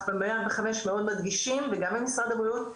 ב-105 מאוד מדגישים וגם במשרד הבריאות,